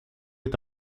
est